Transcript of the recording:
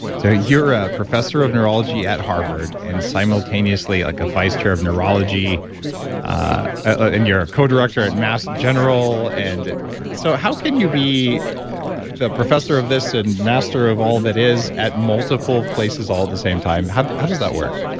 so you're a professor of neurology at harvard and simultaneously like a vice chair of neurology and you're a co-director at mass general, and so how can you be the professor of this and master of all that is at multiple places all at the same time? how how does that work?